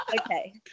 Okay